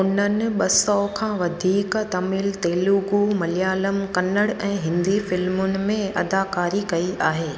ॿ सौ खां वधीक तमिल तेलुगु मलयालम कन्नड़ ऐं हिंदी फ़िल्मुनि में अदाकारी कई आहे